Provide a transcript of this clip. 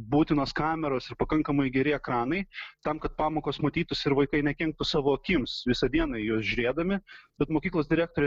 būtinos kameros ir pakankamai geri ekranai tam kad pamokos matytusi ir vaikai nekenktų savo akims visą dieną į juos žiūrėdami bet mokyklos direktorė